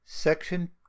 Section